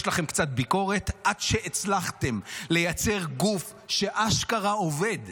יש לכם קצת ביקורת עד שהצלחתם לייצר גוף שאשכרה עובד,